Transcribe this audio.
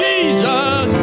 Jesus